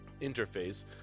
interface